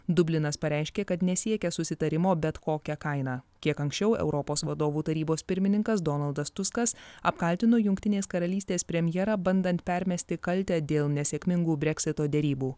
dublinas pareiškė kad nesiekia susitarimo bet kokia kaina kiek anksčiau europos vadovų tarybos pirmininkas donaldas tuskas apkaltino jungtinės karalystės premjerą bandant permesti kaltę dėl nesėkmingų breksito derybų